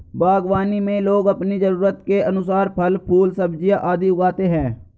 बागवानी में लोग अपनी जरूरत के अनुसार फल, फूल, सब्जियां आदि उगाते हैं